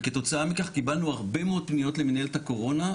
וכתוצאה מכך קיבלנו הרבה מאוד פניות למנהלת הקורונה.